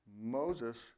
Moses